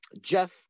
Jeff